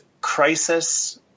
crisis